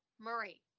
Murray